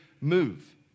move